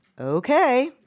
okay